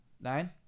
Nine